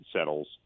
settles –